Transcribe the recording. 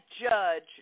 judge